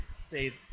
say